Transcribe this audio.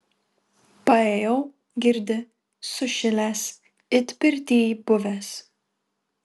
paėjau girdi sušilęs it pirtyj buvęs